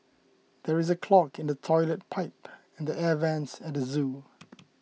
there is a clog in the Toilet Pipe and the Air Vents at the zoo